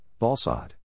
Valsad